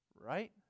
Right